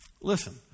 Listen